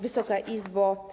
Wysoka Izbo!